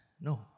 No